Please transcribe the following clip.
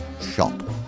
shop